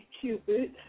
Cupid